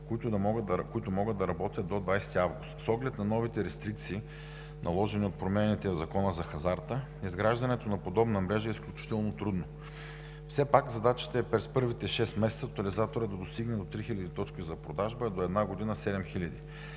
които могат да работят до 20 август. С оглед на новите рестрикции, наложени от промените в Закона за хазарта, изграждането на подобна мрежа е изключително трудно. Все пак задачата е през първите шест месеца тотализаторът да достигне до 3000 точки за продажба, а до една година – 7000.